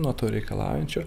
nuo to reikalaujančio